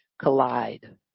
collide